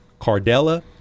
Cardella